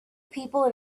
people